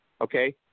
okay